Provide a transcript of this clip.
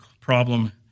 problem